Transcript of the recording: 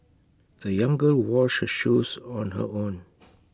the young girl washed her shoes on her own